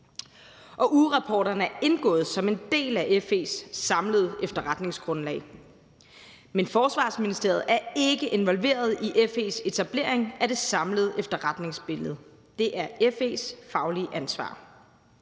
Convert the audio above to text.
og ugerapporterne er indgået som en del af FE's samlede efterretningsgrundlag. Men Forsvarsministeriet er ikke involveret i FE's etablering af det samlede efterretningsbillede. Det er FE's faglige ansvar.